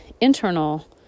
internal